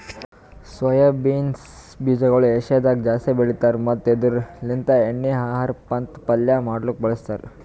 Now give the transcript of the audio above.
soya beans ಬೀಜಗೊಳ್ ಏಷ್ಯಾದಾಗ್ ಜಾಸ್ತಿ ಬೆಳಿತಾರ್ ಮತ್ತ ಇದುರ್ ಲಿಂತ್ ಎಣ್ಣಿ, ಆಹಾರ ಮತ್ತ ಪಲ್ಯ ಮಾಡ್ಲುಕ್ ಬಳಸ್ತಾರ್